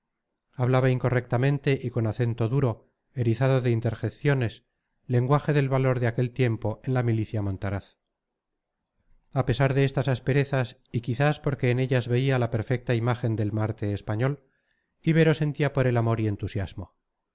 hablaba incorrectamente y con acento duro erizado de interjecciones lenguaje del valor de aquel tiempo en la milicia montaraz a pesar de estas asperezas y quizás porque en ellas veía la perfecta imagen del marte español ibero sentía por él amor y entusiasmo